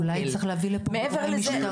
אז אולי להביא לפה גורם משטרה.